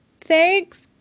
thanks